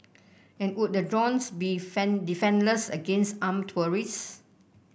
and would the drones be defenceless against armed terrorist